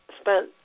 spent